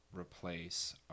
replace